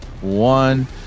One